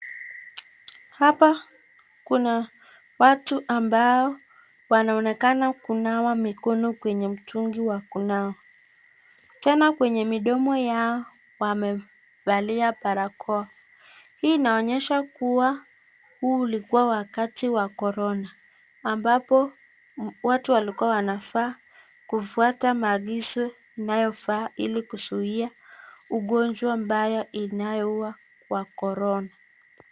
Hapa kuna watu ambao wanaonekana kunawa mikono kwenye mtungi wa kunawa. Tena kwenye midomo yao wamevalia barakoa . Hii inaonyesha kuwa huu ulikuwa wakati wa korona ambapo watu walikuwa wanafaa kufuata maagizo inayofaa ili kuzuia ugonjwa mbaya inayoua wa korona.